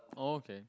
okay